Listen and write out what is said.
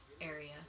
area